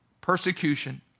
persecution